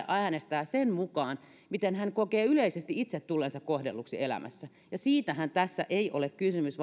äänestää sen mukaan miten hän kokee yleisesti itse tulleensa kohdelluksi elämässä ja siitähän tässä ei ole kysymys